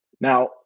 Now